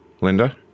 Linda